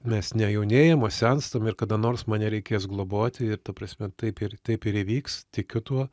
mes nejaunėjam senstam ir kada nors mane reikės globoti ir ta prasme taip ir taip ir įvyks tikiu tuo